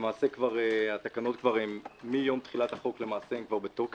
למעשה כבר התקנות הן מיום תחילת החוק, בתוקף.